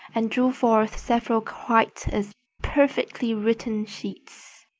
and drew forth several quite as perfectly written sheets.